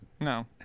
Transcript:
No